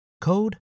code